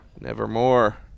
Nevermore